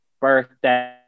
birthday